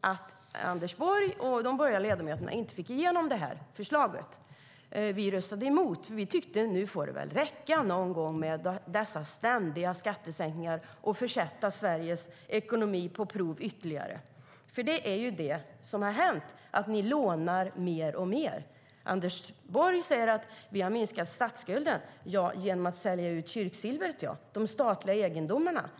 att Anders Borg och de borgerliga ledamöterna inte fick igenom förslaget. Vi röstade emot. Vi tyckte att det någon gång fick räcka med dessa ständiga skattesänkningar. Man skulle sätta Sveriges ekonomi på prov ytterligare. Det är ju det som har hänt. Ni lånar mer och mer. Anders Borg säger: Vi har minskat statsskulden. Ja, det har ni gjort genom att sälja ut kyrksilvret, de statliga egendomarna.